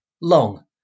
long